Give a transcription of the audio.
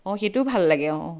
অঁ সেইটোও ভাল লাগে অঁ